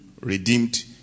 redeemed